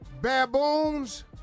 baboons